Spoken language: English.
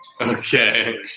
Okay